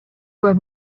were